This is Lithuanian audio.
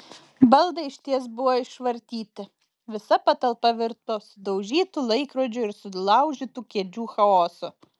baldai išties buvo išvartyti visa patalpa virto sudaužytų laikrodžių ir sulaužytų kėdžių chaosu